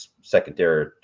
secondary